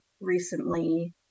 recently